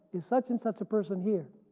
is such-and-such a person here,